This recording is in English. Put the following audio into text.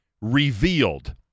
revealed